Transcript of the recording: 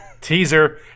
Teaser